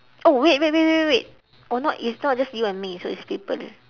oh wait wait wait wait wait oh not it's not just you and me so it's people